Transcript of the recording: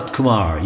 Kumar